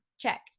Check